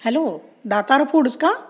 hello Datar foods का